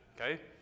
Okay